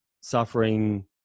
suffering